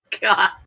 God